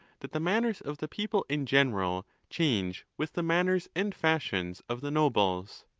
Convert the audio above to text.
that the manners of the people in general change with the manners and fashions of the nobles.